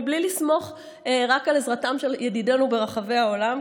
בלי לסמוך רק על עזרתם של ידידנו ברחבי העולם,